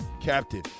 captain